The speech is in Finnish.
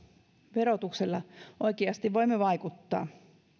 verotuksella voimme oikeasti vaikuttaa